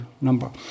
number